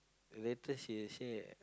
later she will say